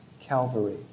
Calvary